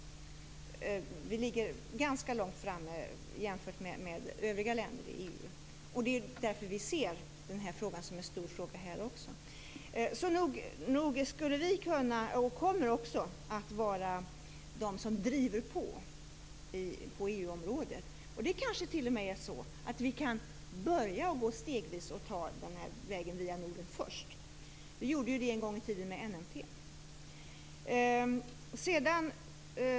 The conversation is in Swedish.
Vi ligger ganska långt framme jämfört med övriga länder i EU. Det är därför vi ser denna fråga som en stor fråga också i EU, så nog kommer vi att vara det land som driver på i EU. Det kanske t.o.m. är så att vi stegvis kan börja med att ta vägen via Norden först. Vi gjorde ju det en gång i tiden med NMT.